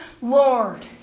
Lord